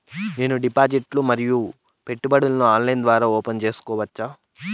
నేను డిపాజిట్లు ను మరియు పెట్టుబడులను ఆన్లైన్ ద్వారా ఓపెన్ సేసుకోవచ్చా?